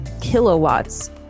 kilowatts